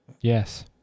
Yes